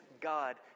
God